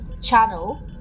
channel